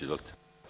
Izvolite.